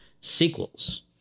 sequels